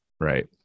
Right